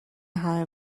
همه